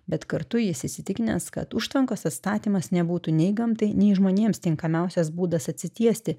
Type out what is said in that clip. bet kartu jis įsitikinęs kad užtvankos atstatymas nebūtų nei gamtai nei žmonėms tinkamiausias būdas atsitiesti